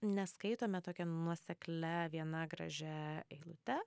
neskaitome tokia nuoseklia viena gražia eilute